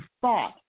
thought